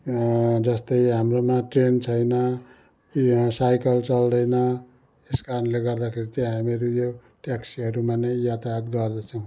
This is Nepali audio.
जस्तै हाम्रोमा ट्रेन छैन यहाँ साइकल चल्दैन त्यस कारणले गर्दाखेरि चाहिँ हामीहरू यो ट्याक्सीहरूमा नै यातायात गर्दर्छौँ